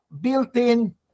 built-in